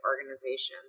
organizations